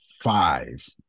five